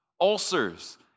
ulcers